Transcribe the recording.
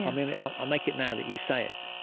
um and i'll i'll make it now that you say it